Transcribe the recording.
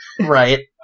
Right